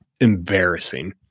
embarrassing